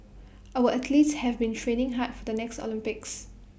our athletes have been training hard for the next Olympics